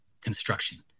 construction